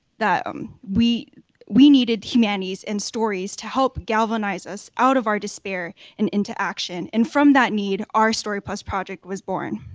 that um we we needed humanities and stories to help galvanize us out of our despair and into action. and from that need, our story project was born.